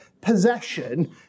possession